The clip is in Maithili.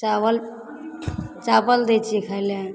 चावल चावल दै छिए खाइ ले